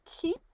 keep